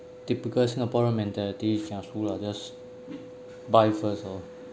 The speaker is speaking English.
typical singaporean mentality kiasu lah just buy first ah